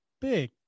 big